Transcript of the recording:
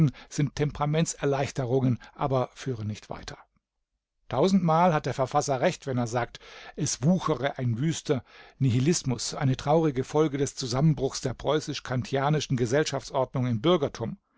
sind temperamentserleichterungen aber führen nicht weiter tausendmal hat der verfasser recht wenn er sagt es wuchere ein wüster nihilismus eine traurige folge des zusammenbruches der preußisch-kantianischen gesellschaftsordnung im bürgertum